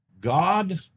God